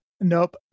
nope